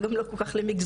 וגם לא כל כך למגזרים.